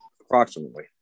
approximately